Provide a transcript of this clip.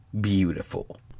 beautiful